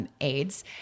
AIDS